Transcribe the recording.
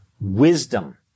wisdom